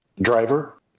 driver